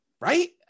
Right